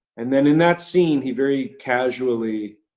and then in that scene, he very casually,